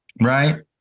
right